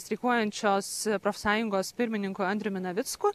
streikuojančios profsąjungos pirmininku andriumi navicku